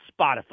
Spotify